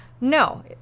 no